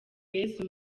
yesu